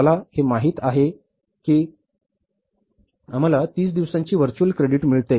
आम्हाला हे माहित आहे की आम्हाला 30 दिवसांची व्हर्च्युअल क्रेडिट मिळते